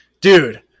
Dude